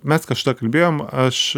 mes kažkada kalbėjom aš